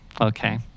Okay